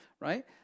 right